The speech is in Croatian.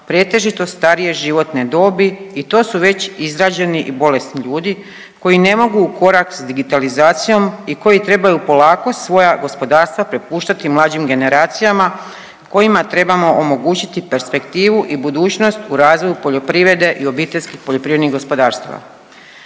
pretežito starije životne dobi i to su već izrađeni i bolesni ljudi koji ne mogu u korak sa digitalizacijom i koji trebaju polako svoja gospodarstva prepuštati mlađim generacijama kojima trebamo omogućiti perspektivu i budućnost u razvoju poljoprivrede i obiteljskih poljoprivrednih gospodarstava.